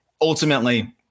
ultimately